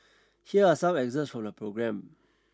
here are some excerpts from the programme